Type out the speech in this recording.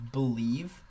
believe